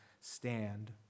stand